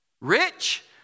rich